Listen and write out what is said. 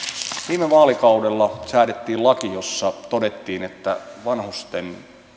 viime vaalikaudella säädettiin laki jossa todettiin että vanhusten